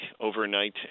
overnight